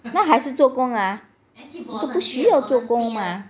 那还是做工啊都不需要做工啊